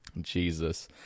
Jesus